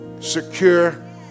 secure